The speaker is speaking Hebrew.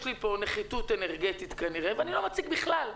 יש לי פה נחיתות אנרגטית כנראה ואני לא מציג בכלל.